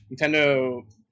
Nintendo